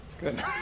Good